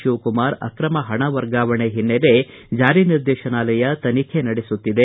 ಶಿವಕುಮಾರ್ ಅಕ್ರಮ ಪಣ ವರ್ಗಾವಣೆ ಹಿನ್ನೆಲೆ ಚಾರಿ ನಿರ್ದೇಶನಾಲಯ ತನಿಖೆ ನಡೆಸುತ್ತಿದೆ